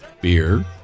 Beer